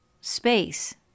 space